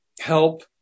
help